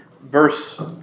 verse